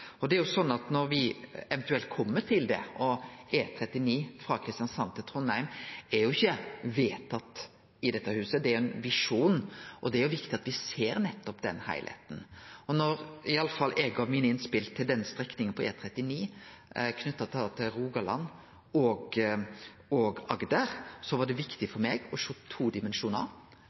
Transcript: Trondheim er ikkje vedtatt i dette huset, det er ein visjon – er det viktig at me ser nettopp den heilskapen. Da eg gav mine innspel til den strekninga, E39, knytt til Rogaland og Agder, var det viktig for meg å sjå to dimensjonar.